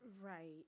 Right